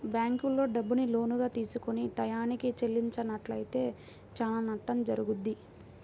బ్యేంకుల్లో డబ్బుని లోనుగా తీసుకొని టైయ్యానికి చెల్లించనట్లయితే చానా నష్టం జరుగుద్ది